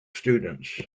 students